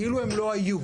כאילו הם לא היו.